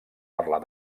parlar